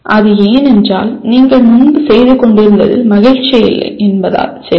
இது ஏனென்றால் நீங்கள் முன்பு செய்து கொண்டிருந்ததில் மகிழ்ச்சி இல்லை என்பதால் சரியா